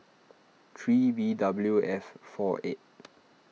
three V W F four eight